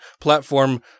platform